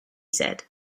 said